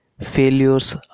failures